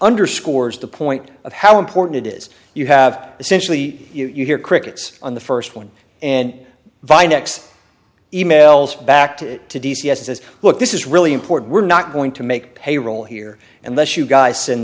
underscores the point of how important it is you have essentially you hear crickets on the first one and vy next emails back to d c s is what this is really important we're not going to make payroll here unless you guys in